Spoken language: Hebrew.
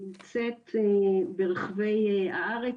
שנמצאת ברחבי הארץ,